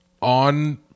on